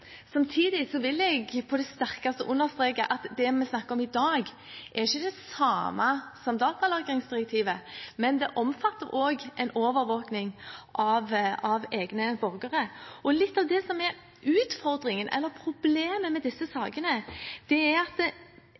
Samtidig vil jeg på det sterkeste understreke at det vi snakker om i dag, ikke er det samme som datalagringsdirektivet, men det omfatter en overvåking av egne borgere. Litt av det som er utfordringen – eller problemet – med disse sakene, er at